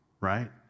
right